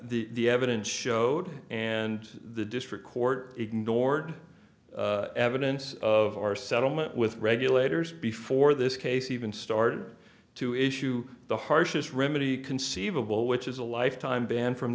the evidence showed and the district court ignored evidence of our settlement with regulators before this case even started to issue the harshest remedy conceivable which is a lifetime ban from